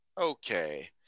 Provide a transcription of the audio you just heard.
okay